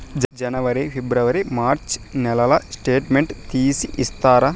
జనవరి, ఫిబ్రవరి, మార్చ్ నెలల స్టేట్మెంట్ తీసి ఇస్తారా?